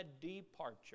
departure